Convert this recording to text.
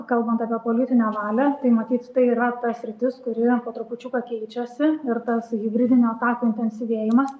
kalbant apie politinę valią tai matyt tai yra ta sritis kuri po trupučiuką keičiasi ir tas hibridinių atakų intensyvėjimas